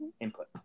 input